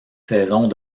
saisons